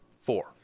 four